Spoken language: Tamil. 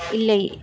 இல்லை